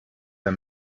der